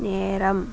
நேரம்